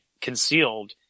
concealed